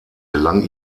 gelang